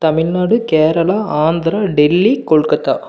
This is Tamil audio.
தமிழ்நாடு கேரளா ஆந்திரா டெல்லி கொல்கத்தா